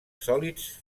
sòlids